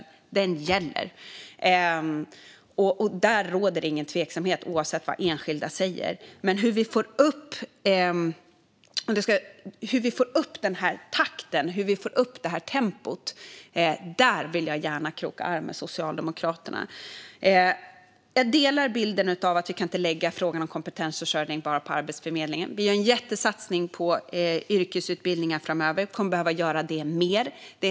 Den linjen gäller. Där råder inga tvivel, oavsett vad enskilda säger. Men när det gäller hur vi får upp takten och tempot vill jag gärna kroka arm med Socialdemokraterna. Jag instämmer i bilden av att vi inte kan lägga frågan om kompetensförsörjning på Arbetsförmedlingen. Det sker en jättesatsning på yrkesutbildningar framöver. Vi kommer att behöva göra mer av sådant.